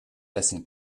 essen